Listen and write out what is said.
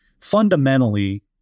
fundamentally